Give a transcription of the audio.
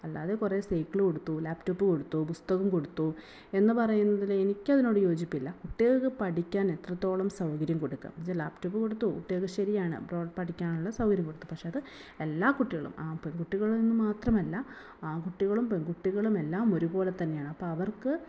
അല്ലാതെ കുറേ സൈക്കിൾ കൊടുത്തു ലാപ്പ് ടോപ്പ് കൊടുത്തു പുസ്തകം കൊടുത്തു എന്നു പറയുന്നതിൽ എനിക്കതിനോട് യോജിപ്പില്ല കുട്ടികൾക്ക് പഠിക്കാൻ എത്രത്തോളം സൗകര്യം കൊടുക്കുക അത് ലാപ്പ് ടോപ്പ് കൊടുത്തു കുട്ടികൾക്ക് ശരിയാണ് പഠിക്കാനുള്ള സൗകര്യം കൊടുത്തു പക്ഷേ അത് എല്ലാ കുട്ടികളും ആ പെൺകുട്ടികളെന്നു മാത്രമല്ല ആൺകുട്ടികളും പെൺകുട്ടികളും എല്ലാം ഒരുപോലെ തന്നെയാണ് അപ്പം അവർക്ക്